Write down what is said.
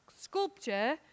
sculpture